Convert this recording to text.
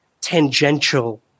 tangential